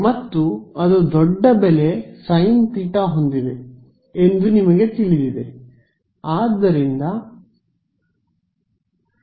ಮತ್ತು ಅದು ದೊಡ್ಡ ಬೆಲೆ ಸೈನ್ θ ಹೊಂದಿದೆ ಎಂದು ನಿಮಗೆ ತಿಳಿದಿದೆ